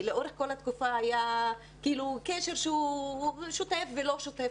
לאורך כל התקופה היה קשר שהוא שוטף ולא שוטף